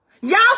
Y'all